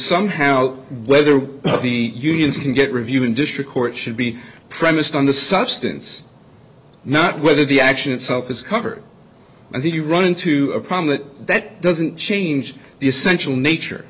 somehow whether the unions can get review in district court should be premised on the substance not whether the action itself is covered and then you run into a problem that that doesn't change the essential nature